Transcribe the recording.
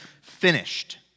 finished